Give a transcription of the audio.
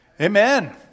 Amen